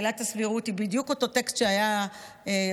עילת הסבירות היא בדיוק אותו טקסט שהיה קודם,